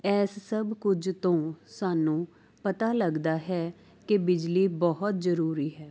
ਇਸ ਸਭ ਕੁਝ ਤੋਂ ਸਾਨੂੰ ਪਤਾ ਲੱਗਦਾ ਹੈ ਕਿ ਬਿਜਲੀ ਬਹੁਤ ਜ਼ਰੂਰੀ ਹੈ